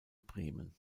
bremen